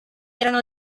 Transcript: erano